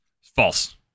False